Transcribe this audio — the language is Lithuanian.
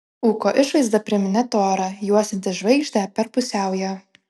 ūko išvaizda priminė torą juosiantį žvaigždę per pusiaują